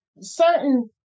certain